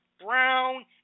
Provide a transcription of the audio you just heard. brown